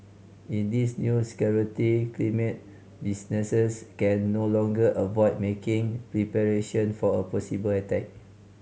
in this new security climate businesses can no longer avoid making preparation for a possible attack